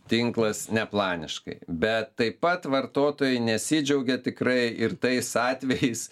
tinklas ne planiškai bet taip pat vartotojai nesidžiaugia tikrai ir tais atvejais